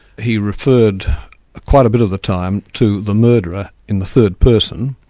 he referred quite a bit of the time to the murderer in the third person,